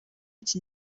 iki